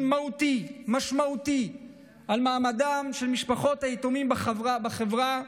מהותי ומשמעותי על מעמדן של משפחות היתומים בחברה,